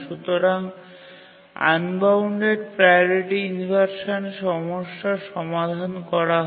সুতরাং unbounded priority inversion সমস্যা সমাধান করা হয়